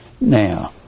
Now